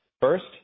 First